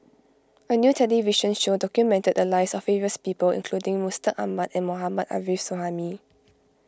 a new television show documented the lives of various people including Mustaq Ahmad and Mohammad Arif Suhaimi